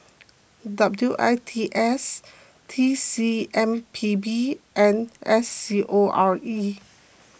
W I T S T C M P B and S C O R E